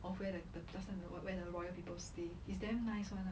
of where the the last time when the royal people stay it's damn nice [one] lah